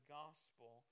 gospel